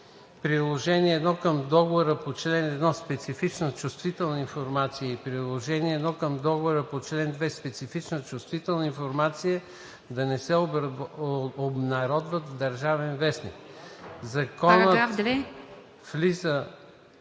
Приложение I към Договора по чл. 1 (специфична/ чувствителна информация) и приложение I към Договора по чл. 2 (специфична/чувствителна информация) да не се обнародват в „Държавен вестник“. § 2. Законът влиза